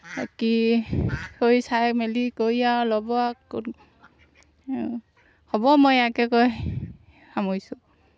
কি কৰি চাই মেলি কৰি আৰু ল'ব আৰু ক'ত হ'ব মই ইয়াকে কৈ সামৰিছোঁ